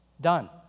done